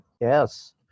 Yes